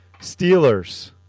Steelers